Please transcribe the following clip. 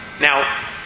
Now